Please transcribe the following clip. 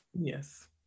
yes